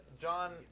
John